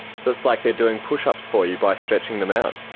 so it's like they're doing push-ups for you by stretching them out.